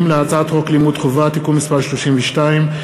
להצעת חוק לימוד חובה (תיקון מס' 32),